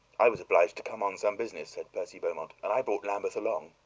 i was obliged to come on some business, said percy beaumont, and i brought lambeth along.